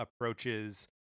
approaches